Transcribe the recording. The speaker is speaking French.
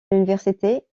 l’université